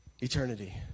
eternity